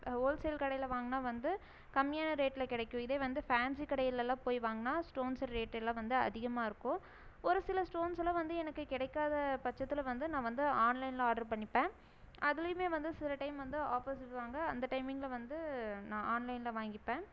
wholesale கடையில் வாங்கினா வந்து கம்மியான ரேட்டில் கிடைக்கும் இதே வந்து ஃபேன்சி கடையிலெல்லாம் போயி வாங்கினா ஸ்டோன்ஸ்சோடய ரேட்டெல்லாம் வந்து அதிகமாகருக்கும் ஒரு சில ஸ்டோன்ஸ்செல்லாம் வந்து எனக்கு கிடைக்காத பட்சத்தில் வந்து நான் வந்து ஆன்லைனில் ஆர்ட்ரு பண்ணிப்பேன் அதிலியுமே வந்து சில டைம் வந்து ஆஃபர்ஸ் தருவாங்க அந்த டைமிங்கில் வந்து நான் ஆன்லைனில் வாங்கிப்பேன்